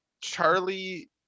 charlie